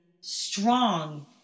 strong